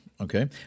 okay